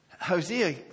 Hosea